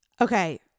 Okay